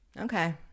okay